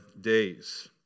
days